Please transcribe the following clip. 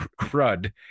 crud